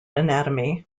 anatomy